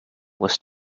was